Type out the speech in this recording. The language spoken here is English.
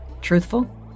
Truthful